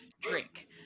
drink